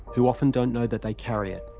who often don't know that they carry it.